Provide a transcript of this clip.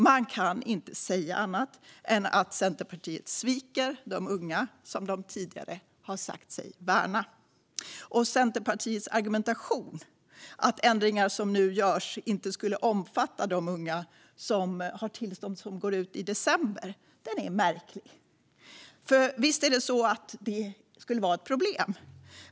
Man kan inte säga annat än att Centerpartiet sviker de unga som de tidigare har sagt sig värna. Centerpartiets argumentation, att ändringar som nu görs inte skulle omfatta de unga vars tillstånd går ut nu i december, är märklig. För visst är detta ett problem.